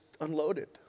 unloaded